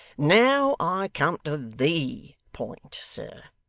now i come to the point. sir,